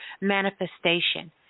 manifestation